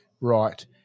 Right